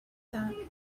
that